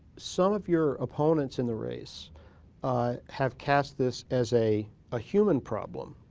some of your opponents in the race have cast this as a a human problem,